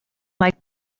like